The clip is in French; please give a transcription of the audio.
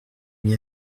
mit